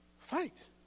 Fight